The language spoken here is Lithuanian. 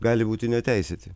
gali būti neteisėti